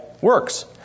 works